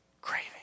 craving